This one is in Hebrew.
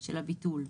של הביטול,